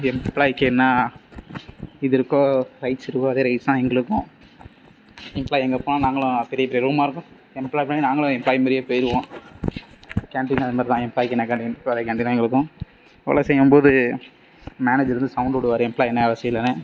எம்ப்ளாய்க்கு என்ன இது இருக்கோ ரைட்ஸ் இருக்கோ அதே ரைட்ஸ் தான் எங்களுக்கும் எம்ப்ளாய் எங்கே போனால் நாங்களும் பெரிய பெரிய ரூம்மாக இருக்கும் எம்ப்ளாய் பின்னாடி நாங்களும் எம்ப்ளாய் மாதிரியே போயிருவோம் கேண்டீனு அது மாதிரி தான் எம்ப்ளாய்க்கு என்ன கேண்டீன் இருக்கோ அதே கேண்டீன் தான் எங்களுக்கும் வேலை செய்யும் போது மேனேஜரு வந்து சவுண்டு விடுவாரு எம்ப்ளாய் என்ன வேலை செய்யலன்னு